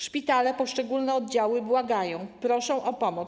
Szpitale, poszczególne oddziały błagają, proszą o pomoc.